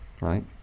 right